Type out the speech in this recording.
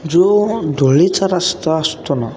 जो धुळीचा रस्ता असतो ना